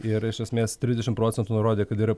ir iš esmės trisdešimt procentų nurodė kad yra